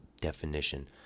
definition